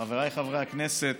חבריי חברי הכנסת,